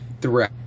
throughout